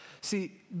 See